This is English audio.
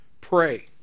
Pray